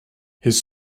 his